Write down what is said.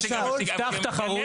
או שעושים תחרות